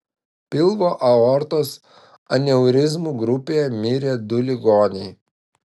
pilvo aortos aneurizmų grupėje mirė du ligoniai